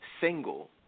single